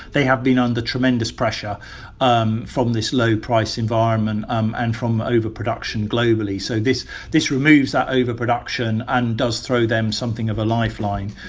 they have been under tremendous pressure um from this low-price environment um and from overproduction globally. so this this removes that overproduction and does throw them something of a lifeline.